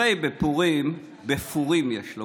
הרי בְּפּורים, בְּפורים יש לומר,